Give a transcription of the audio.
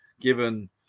given